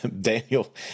Daniel